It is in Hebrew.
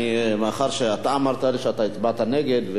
מאחר שאתה אמרת לי שאתה הצבעת נגד,